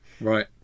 Right